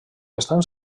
estan